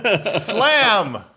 Slam